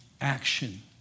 action